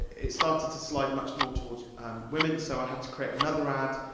it started to slide much more towards women, so i had to create another ad,